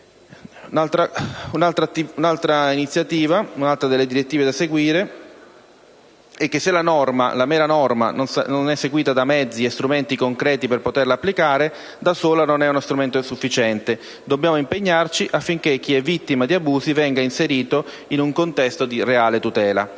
in tal senso, che spero venga appoggiato). Se la norma, la mera norma, non è seguita da mezzi e strumenti concreti per poterla applicare, da sola non è uno strumento sufficiente. Dobbiamo impegnarci affinché chi è vittima di abusi venga inserito in un contesto di reale tutela.